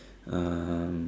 um